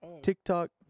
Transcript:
TikTok